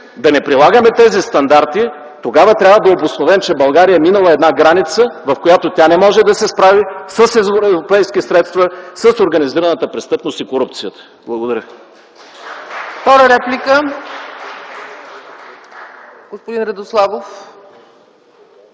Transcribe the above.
да не прилагаме тези стандарти, тогава трябва да обосновем, че България е минала една граница, в която не може да се справи с европейски средства, с организираната престъпност и корупцията. Благодаря.